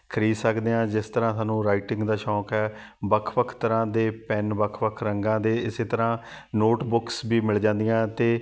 ਖਰੀਦ ਸਕਦੇ ਹਾਂ ਜਿਸ ਤਰ੍ਹਾਂ ਸਾਨੂੰ ਰਾਈਟਿੰਗ ਦਾ ਸ਼ੌਂਕ ਹੈ ਵੱਖ ਵੱਖ ਤਰ੍ਹਾਂ ਦੇ ਪੈੱਨ ਵੱਖ ਵੱਖ ਰੰਗਾਂ ਦੇ ਇਸੇ ਤਰ੍ਹਾਂ ਨੋਟ ਬੁੱਕਸ ਵੀ ਮਿਲ ਜਾਂਦੀਆਂ ਅਤੇ